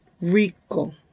rico